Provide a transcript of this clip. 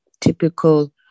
typical